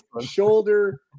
shoulder